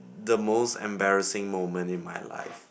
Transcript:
the most embarrassing moment in my life